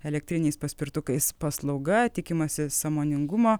elektriniais paspirtukais paslauga tikimasi sąmoningumo